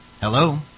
Hello